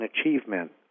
achievement